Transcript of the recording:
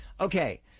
Okay